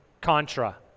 contra